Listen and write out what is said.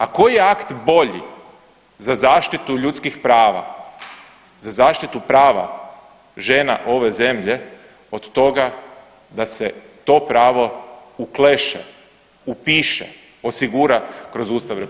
A koji je akt bolji za zaštitu ljudskih prava, za zaštitu prava žena ove zemlje od toga da se to pravo ukleše, upiše, osigura kroz Ustav RH.